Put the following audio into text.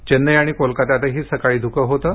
चेन्नई आणि कोलकत्यातही सकाळी धुकं होतं